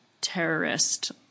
terrorist